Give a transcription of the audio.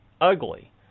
ugly